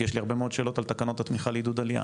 כי יש לי הרבה מאוד שאלות על תקנות התמיכה לעידוד עלייה,